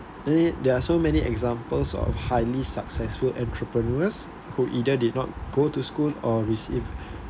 any there are so many examples of highly successful entrepreneurs who either did not go to school or received